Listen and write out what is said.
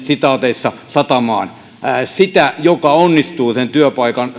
satamaan ja sitä joka onnistuu sen työpaikan